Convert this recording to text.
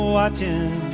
watching